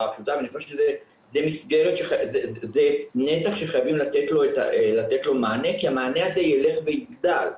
הפשוטה ואני חושב שזה נתח שחייבים לתת לו מענה כי המענה הזה יילך ויגדל.